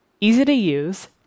easy-to-use